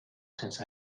since